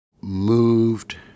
moved